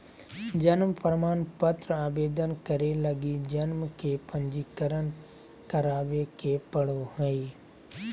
जन्म प्रमाण पत्र आवेदन करे लगी जन्म के पंजीकरण करावे पड़ो हइ